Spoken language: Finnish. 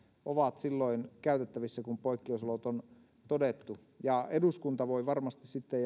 ovat silloin käytettävissä kun poikkeusolot on todettu eduskunta ja perustuslakivaliokunta täällä voi varmasti sitten